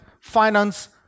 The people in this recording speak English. finance